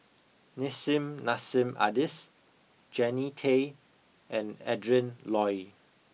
Nissim Nassim Adis Jannie Tay and Adrin Loi